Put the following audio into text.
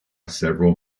several